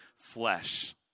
flesh